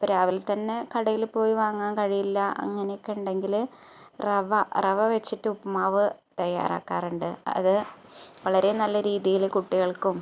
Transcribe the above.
രാവിലെ തന്നെ കടയിൽ പോയി വാങ്ങാൻ കഴിയില്ല അങ്ങനെ ഒക്കെ ഉണ്ടെങ്കിൽ റവ റവ വച്ചിട്ട് ഉപ്മാവ് തയ്യാറാക്കാറുണ്ട് അത് വളരേ നല്ല രീതിയിൽ കുട്ടികൾക്കും